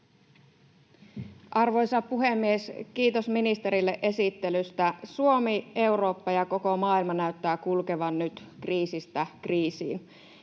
Arvoisa puhemies! Kiitos ministerille esittelystä. Suomi, Eurooppa ja koko maailma näyttävät kulkevan nyt kriisistä kriisiin.